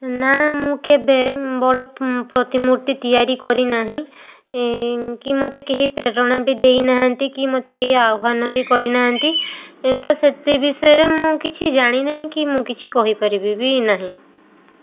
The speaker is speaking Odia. ନାଁ ମୁଁ କେବେ ବଡ଼ ପ୍ରତିମୂର୍ତ୍ତି ତିଆରି କରିନାହିଁ କି ମୋତେ କେହି ପ୍ରେରଣା ବି ଦେଇନାହାଁନ୍ତି କି ମୋତେ କେହି ଆହ୍ଵାନ ବି କରିନାହାଁନ୍ତି ତ ସେତିକି ବିଷୟରେ ମୁଁ କିଛି ଜାଣିନାହିଁ କି ମୁଁ କିଛି କହିପାରିବି ବି ନାହିଁ